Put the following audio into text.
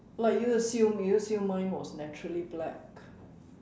like you assume you assume mine was naturally black